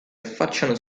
affacciano